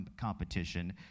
Competition